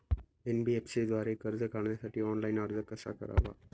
NBFC द्वारे कर्ज काढण्यासाठी ऑनलाइन अर्ज कसा करावा?